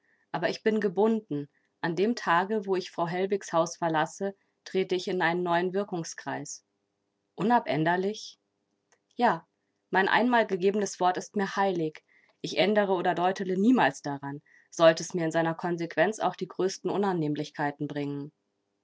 aber ich bin gebunden an dem tage wo ich frau hellwigs haus verlasse trete ich in einen neuen wirkungskreis unabänderlich ja mein einmal gegebenes wort ist mir heilig ich ändere oder deutele niemals daran sollte es mir in seiner konsequenz auch die größten unannehmlichkeiten bringen